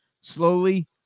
slowly